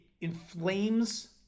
inflames